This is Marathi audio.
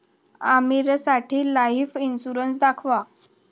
आमीरसाठी लाइफ इन्शुरन्स दाखवा